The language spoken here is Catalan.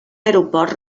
aeroport